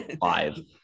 five